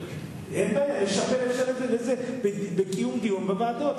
אין בעיה, אפשר לקשור את זה לקיום דיון בוועדות.